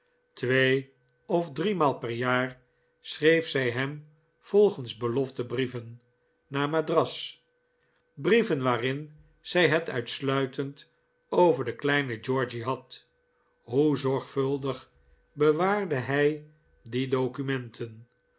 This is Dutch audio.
twee of driemaal per jaar schreef zij hem volgens belofte brieven naar madras brieven waarin zij het uitsluitend over den kleinen georgy had hoe zorgvuldig bewaarde hij die documenten